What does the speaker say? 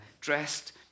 dressed